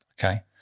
Okay